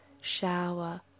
shower